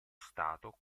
stato